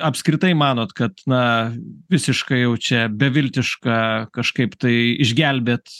apskritai manot kad na visiškai jau čia beviltiška kažkaip tai išgelbėt